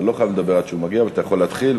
אתה לא חייב לדבר עד שהוא מגיע ואתה יכול להתחיל,